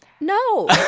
No